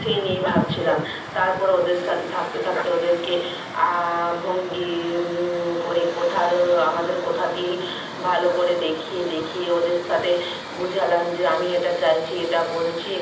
সেই নিয়েই ভাবছিলাম তারপরে ওদের সাথে থাকতে থাকতে ওদেরকে ভঙ্গি করে কথারও আমাদের কথা দিয়েই ভালো করে দেখিয়ে দেখিয়ে ওদের সাথে বুঝলাম যে আমি এটা চাইছি এটা বলছি